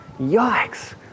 yikes